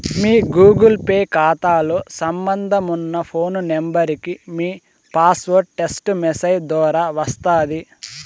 మీ Google Pay కాతాతో సంబంధమున్న phone నెంబరికి ఈ పాస్వార్డు టెస్టు మెసేజ్ దోరా వస్తాది